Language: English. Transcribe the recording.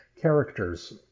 characters